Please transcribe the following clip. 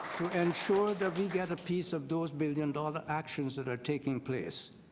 and sort of we get a piece of those billion dollar actions that are taking place.